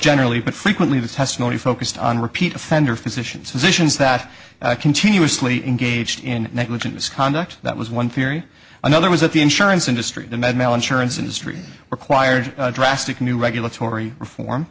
generally but frequently the testimony focused on repeat offender physicians issues that continuously engaged in negligent misconduct that was one theory another was that the insurance industry the med mail insurance industry required drastic new regulatory reform